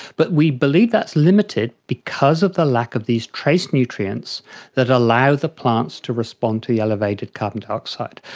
but we believe that's limited because of the lack of these trace nutrients that allow the plants to respond to the elevated carbon dioxide.